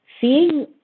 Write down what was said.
Seeing